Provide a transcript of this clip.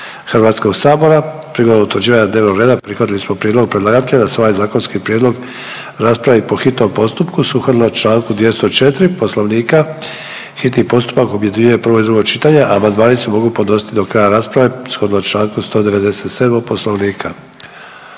Hrvatskog sabora. Prilikom utvrđivanja dnevnog reda prihvatili smo prijedlog predlagatelja da se ovaj zakonski prijedlog raspravi po hitnom postupku. Sukladno čl. 204. Poslovnika hitni postupak objedinjuje prvo i drugo čitanje, a amandmani se mogu podnositi do kraja rasprave shodno čl. 197. Poslovnika.